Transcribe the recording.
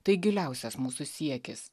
tai giliausias mūsų siekis